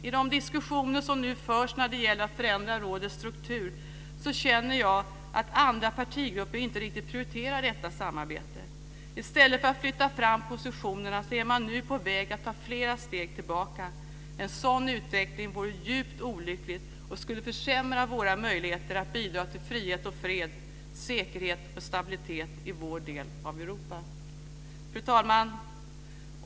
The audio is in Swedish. I de diskussioner som nu förs när det gäller att förändra rådets struktur känner jag att andra partigrupper inte riktigt prioriterar detta samarbete. I stället för att flytta fram positionerna är man nu på väg att ta flera steg tillbaka. En sådan utveckling vore djupt olycklig och skulle försämra våra möjligheter att bidra till frihet och fred, säkerhet och stabilitet i vår del av Fru talman!